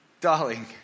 darling